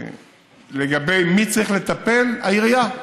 לגבי מי צריך לטפל, העירייה,